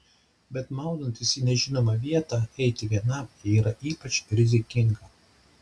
bet maudantis į nežinomą vietą eiti vienam yra ypač rizikinga